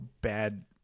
bad